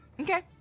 Okay